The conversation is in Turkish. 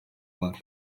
var